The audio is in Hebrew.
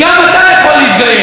גם אתה יכול להתגייר,